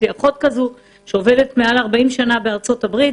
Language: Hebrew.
אחותי עובדת 40 שנה בתחום בארצות הברית